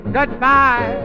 Goodbye